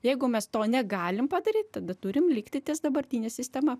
jeigu mes to negalim padaryt tada turim likti ties dabartine sistema